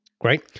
Great